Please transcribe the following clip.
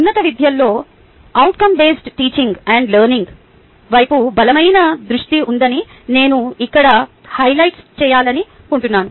ఉన్నత విద్యలో outcome based teaching and learning వైపు బలమైన దృష్టి ఉందని నేను ఇక్కడ హైలైట్ చేయాలనుకుంటున్నాను